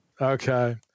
Okay